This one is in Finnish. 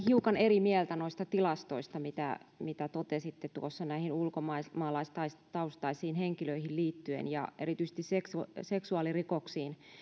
hiukan eri mieltä noista tilastoista mitä mitä totesitte tuossa liittyen näihin ulkomaalaistaustaisiin henkilöihin ja erityisesti seksuaalirikoksiin